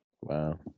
Wow